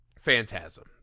Phantasm